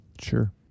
Sure